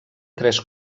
tres